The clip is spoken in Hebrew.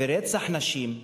ורצח נשים בכלל,